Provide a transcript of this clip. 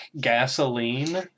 gasoline